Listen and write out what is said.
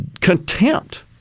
contempt